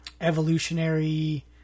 evolutionary